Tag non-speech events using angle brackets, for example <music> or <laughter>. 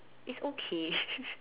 it's okay <laughs>